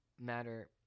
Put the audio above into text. matter